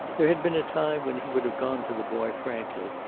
there had been a time when he would have gone to the boy frankly,